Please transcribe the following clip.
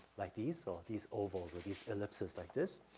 like these or these ovals or these ellipses like this.